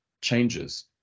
changes